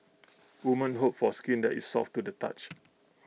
women hope for skin that is soft to the touch